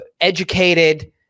educated